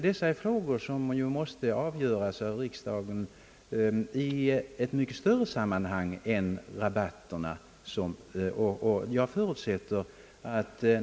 Detta är frågor som måste avgöras av riksdagen i ett mycket större sammanhang än vad som enbart gäller rabatterna.